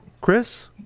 Chris